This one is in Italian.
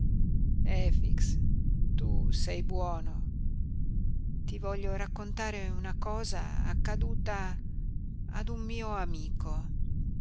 infantile efix tu sei buono ti voglio raccontare una cosa accaduta ad un mio amico